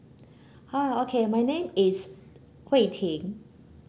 hi okay my name is hui ting